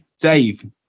Dave